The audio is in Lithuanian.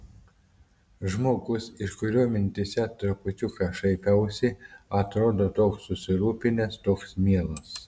žmogus iš kurio mintyse trupučiuką šaipiausi atrodo toks susirūpinęs toks mielas